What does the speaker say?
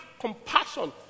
compassion